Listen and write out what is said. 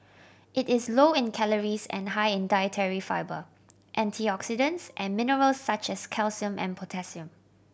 it is low in calories and high in dietary fibre antioxidants and mineral such as calcium and potassium